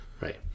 Right